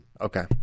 Okay